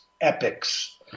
epics